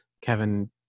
Kevin